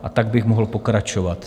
A tak bych mohl pokračovat.